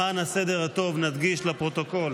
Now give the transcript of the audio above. למען הסדר הטוב, נדגיש לפרוטוקול